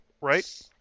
right